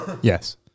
Yes